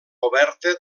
oberta